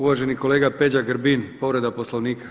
Uvaženi kolega Peđa Grbin, povreda Poslovnika.